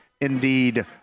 indeed